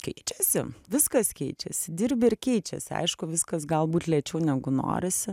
keičiasi viskas keičiasi dirbi ir keičiasi aišku viskas galbūt lėčiau negu norisi